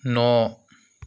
न'